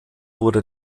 wurde